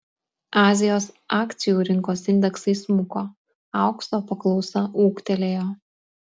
azijos akcijų rinkos indeksai smuko aukso paklausa ūgtelėjo